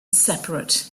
separate